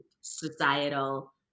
societal